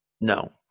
No